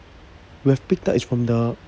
we have picked up is from the